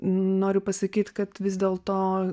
noriu pasakyt kad vis dėlto